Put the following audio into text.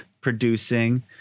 producing